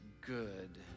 good